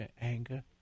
anger